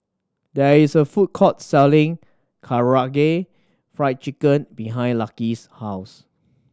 there is a food court selling Karaage Fried Chicken behind Lucky's house